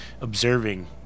observing